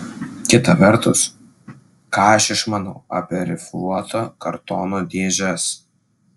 kita vertus ką aš išmanau apie rifliuoto kartono dėžes